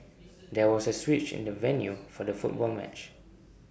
there was A switch in the venue for the football match